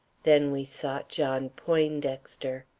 then we sought john poindexter.